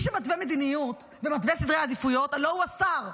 שמתווה מדיניות ומתווה סדרי עדיפויות הלוא הוא השר,